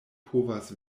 povas